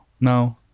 no